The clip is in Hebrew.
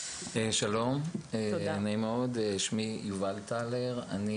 שלום, נעים מאוד, שמי יובל טלר.